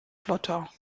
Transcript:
flotter